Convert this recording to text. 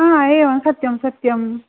हा एवं सत्यं सत्यं